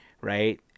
Right